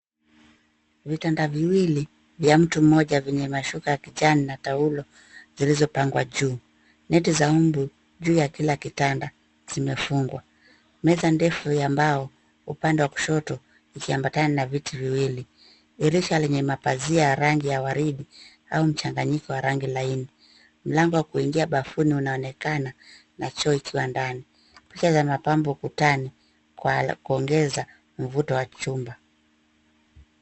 Vitanda viwili vya mtu mmoja venye mashuka ya kijani na taulo zilizopangwa juu. Neti za mbu juu ya kila kitanda zimefungwa. Meza ndefu ya mbao upande wa kushoto ikiambatana na viti viwili. Dirisha lenye mapazia ya rangi ya waridi au mchanganyiko wa rangi laini. Mlango wa kuingia bafuni unaonekana na choo ikiwa ndani. Picha za mapambo ukutani kwa kuongeza mvuto wa chumba.